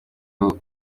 aho